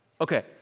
okay